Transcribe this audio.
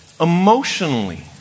emotionally